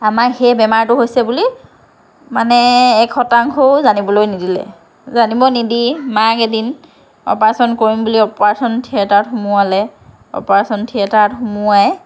আমাক সেই বেমাৰটো হৈছে বুলি মানে এক শতাংশও জানিবলৈ নিদিলে জানিব নিদি মাক এদিন অপাৰেচন কৰিম বুলি অপাৰেচন থিয়েটাৰত সোমালে অপাৰেচন থিয়েটাৰত সোমোৱাই